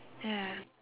ya